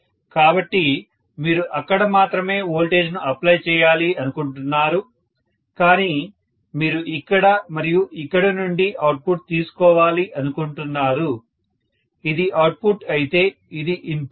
కాబట్టి మీరు ఇక్కడ మాత్రమే వోల్టేజ్ను అప్లై చేయాలి అనుకుంటున్నారు కానీ మీరు ఇక్కడ మరియు ఇక్కడ నుండి అవుట్పుట్ తీసుకోవాలి అనుకుంటున్నారు ఇది అవుట్పుట్ అయితే ఇది ఇన్పుట్